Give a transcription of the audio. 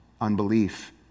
unbelief